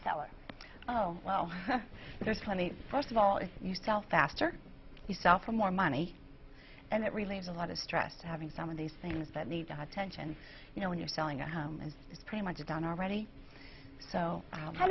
seller oh well there's plenty first of all if you sell faster you sell for more money and it really is a lot of stress to having some of these things that need to have tension you know when you're selling a home and it's pretty much done already so